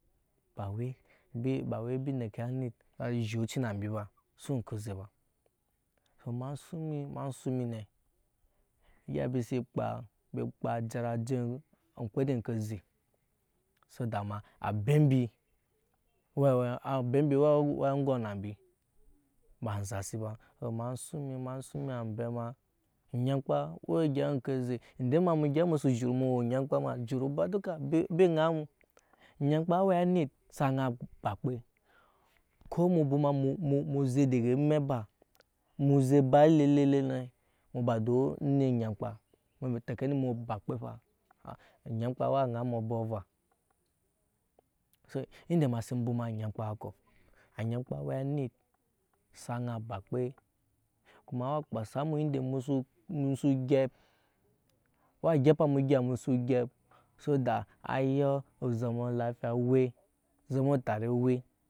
Ba we mb neki na anit a zhut ci na mbi ba so we oŋke oze to ema suŋ mimema suŋ emi ne egya mbi si kpaa mbi kpaa jara je emkpede oŋke oze so da abe mbi abe mbi wa we angom na mbi ba enza si ba so. ema sun mi ma suŋ mi ambe onyamkpa owe egya oŋke oze ende ma mu gyɛp musu zhuru mu we nyamkpa ma zhuru ba duka mbi ke ŋai mu anyamkpa awe anit sa ŋai aba kpe ko mu bwoma mu zek dege eme ba mu ze ba de e ne mu ba dis onit onyamkpa nu teke ni emu we obankpe fa onyamkpa wa ŋai mu abɔk ava so ende ema sin ebwoma kɔ anyankpa awe anit sa ŋai a bakpe kuma a wa kpase mu ende musu gyɛp wa gyɛpa emu egya musu gyɛp wa gyɛpa emu egya musu gyɛp so da aya zoma lafiya wɛ zoma tare owe.